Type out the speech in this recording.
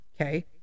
okay